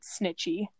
Snitchy